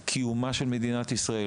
קיומה של מדינת ישראל,